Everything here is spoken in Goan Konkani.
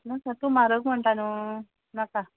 नाका तूं म्हारग म्हणटा न्हय नाका